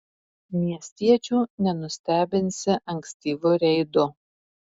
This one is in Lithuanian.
miestiečių nenustebinsi ankstyvu reidu